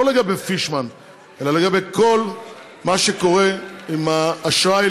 לא לגבי פישמן אלא לגבי כל מה שקורה עם האשראי